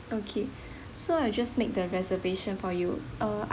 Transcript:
okay so I just make the reservation for you uh